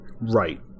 Right